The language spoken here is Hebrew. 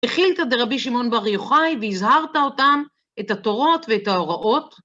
מכילתא דרבי שמעון בר יוחאי, והזהרת אותם, את התורות ואת ההוראות.